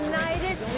United